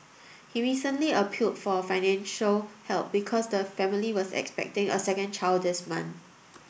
he recently appealed for financial help because the family was expecting a second child this month